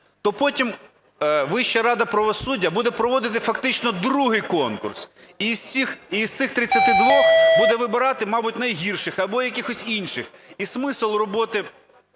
то потім Вища рада правосуддя буде проводити фактично другий конкурс, і з цих 32-х буде вибирати, мабуть, найгірших або якихось інших, і смисл роботи